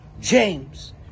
James